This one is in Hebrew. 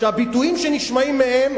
שהביטויים שנשמעים מהם,